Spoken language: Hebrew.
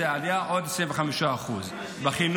זאת עלייה של עוד 25%; בחינוך,